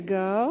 go